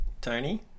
Tony